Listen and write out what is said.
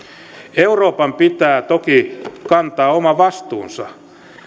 euroopan pitää toki kantaa oma vastuunsa